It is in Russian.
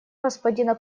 господина